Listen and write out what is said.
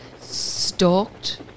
Stalked